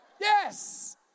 Yes